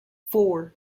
four